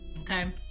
okay